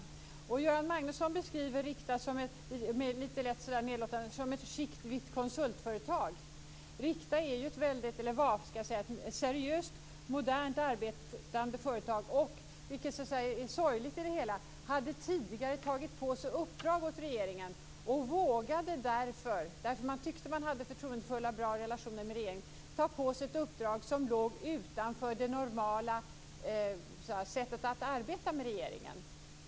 Göran Magnusson beskriver Rikta lite lätt nedlåtande som ett chict och vitt konsultföretag. Rikta var ett seriöst och modernt arbetande företag och hade sorgligt nog tidigare tagit på sig uppdrag åt regeringen. Man tyckte att man hade bra och förtroendefulla relationer med regeringen och vågade därför ta på sig ett uppdrag som låg utanför det normala sättet att arbeta med regeringen.